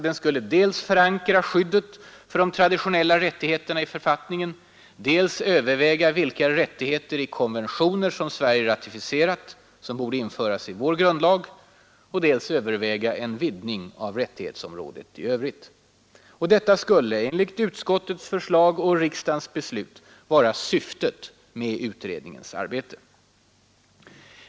Den skulle dels förankra skyddet för de traditionella rättigheterna i författningen, dels överväga vilka rättigheter i de konventioner som Sverige ratificerat som borde införas i vår grundlag, dels överväga en vidgning av rättighetsområdet i övrigt. Detta skulle, enligt utskottets förslag och riksdagens beslut, vara ”syftet” med utredningens arbete.